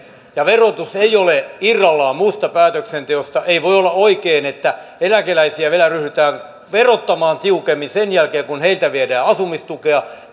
ja verotus ei ole irrallaan muusta päätöksenteosta ei voi olla oikein että eläkeläisiä vielä ryhdytään verottamaan tiukemmin sen jälkeen kun heiltä viedään asumistukea